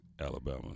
Alabama